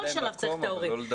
לתת מקום אבל לא לדבר.